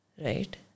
right